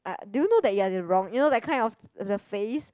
um do you know that you're the wrong you know that kind of the face